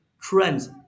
trends